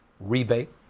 rebate